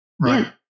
Right